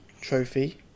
trophy